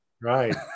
Right